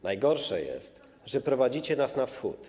Najgorsze jest, że prowadzicie nas na Wschód.